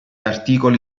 articoli